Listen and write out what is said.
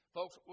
Folks